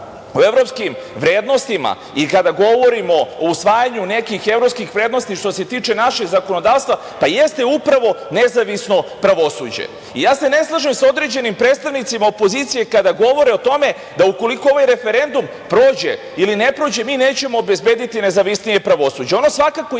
o evropskim vrednostima i kada govorimo o usvajanju nekih evropskih vrednosti što se tiče našeg zakonodavstva, pa jeste upravo nezavisno pravosuđe. Ne slažem se sa određenim predstavnicima opozicije kada govore o tome da ukoliko ovaj referendum prođe ili ne prođe mi nećemo obezbediti nezavisnije pravosuđe.